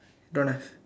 don't have